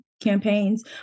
campaigns